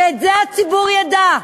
שאת זה הציבור ידע.